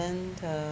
then uh